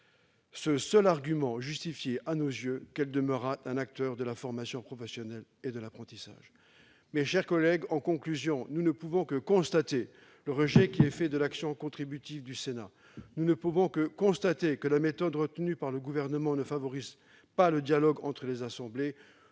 Ce seul argument justifiait à nos yeux qu'elle demeure un acteur de la formation professionnelle et de l'apprentissage. Mes chers collègues, en conclusion, nous ne pouvons que constater le rejet de l'action contributive du Sénat. Nous ne pouvons que constater que la méthode retenue par le Gouvernement ne favorise pas le dialogue entre les assemblées.